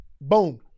Boom